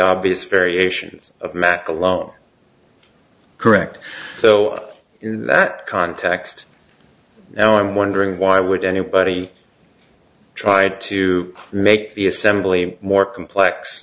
obvious variations of mac alone correct so in that context now i'm wondering why would anybody tried to make the assembly more complex